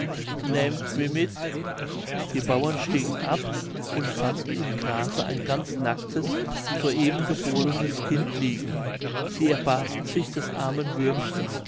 nähmt mi mit die bauern stiegen ab und fanden im grase ein ganz nacktes so eben gebornes kind liegen sie erbarmten sich des armen würmchens